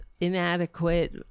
inadequate